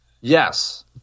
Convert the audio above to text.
yes